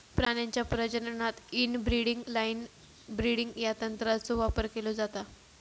प्राण्यांच्या प्रजननात inbreeding line breeding या तंत्राचो वापर केलो जाता